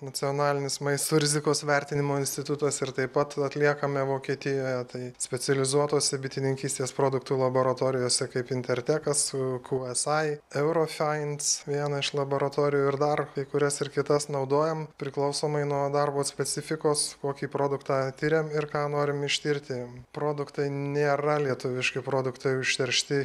nacionalinis maisto rizikos vertinimo institutas ir taip pat atliekame vokietijoje tai specializuotose bitininkystės produktų laboratorijose kaip intertekas su ku es ai eurofains viena iš laboratorijų ir dar kai kurias ir kitas naudojam priklausomai nuo darbo specifikos kokį produktą tiriam ir ką norim ištirti produktai nėra lietuviški produktai užteršti